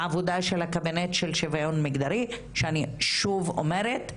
העבודה של הקבינט של שוויון מגדרי שאני שוב אומרת,